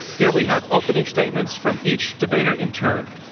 here we have opening statements from each debater in turn.